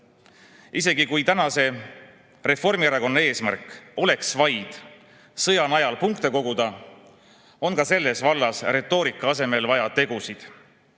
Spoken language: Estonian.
Isegi kui tänase Reformierakonna eesmärk oleks vaid sõja najal punkte koguda, on ka selles vallas retoorika asemel vaja tegusid. Siiani